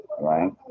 right